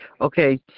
Okay